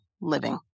living